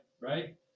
right